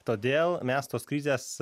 todėl mes tos krizės